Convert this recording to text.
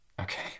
Okay